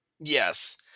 Yes